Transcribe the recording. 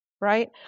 right